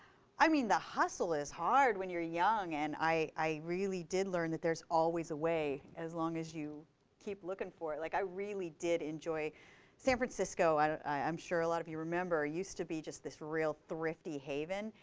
i mean, the hustle is hard when you're young. and i really did learn that there's always a way as long as you keep looking for it. like i really did enjoy san francisco, i'm sure a lot of you remember, used to be just this real thrifty haven.